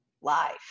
life